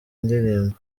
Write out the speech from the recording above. ndirimbo